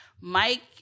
Mike